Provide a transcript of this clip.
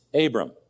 Abram